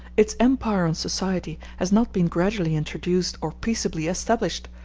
its empire on society has not been gradually introduced or peaceably established,